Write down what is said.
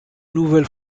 nouvelle